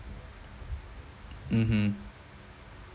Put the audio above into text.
mmhmm